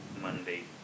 Monday